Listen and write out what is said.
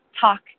talk